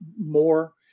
more